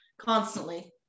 constantly